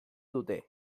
dute